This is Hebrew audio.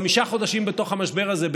חמישה חודשים בתוך המשבר הזה,